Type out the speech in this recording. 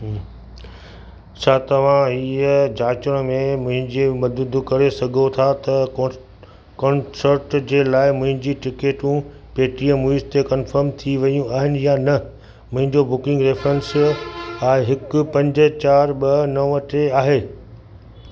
छा तव्हां हीअ जांचण में मुंहिंजी मदद करे सघो था त कॉन कॉन्सर्ट जे लाइ मुंहिंजी टिकटूं पेटीएम मूवीज़ ते कन्फर्म थी वयू आहिनि या न मुंहिंजो बुकिंग रेफरेंस आहे हिकु पंज चारि ॿ नव टे आहे